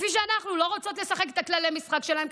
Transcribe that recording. לא רוצות לשחק את כללי המשחק שלהם.